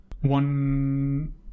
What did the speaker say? One